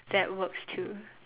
that works too